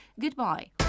Goodbye